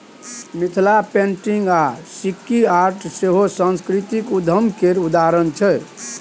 Mithila painting आ sikki art सेहो सास्कृतिक उद्यम केर उदाहरण छै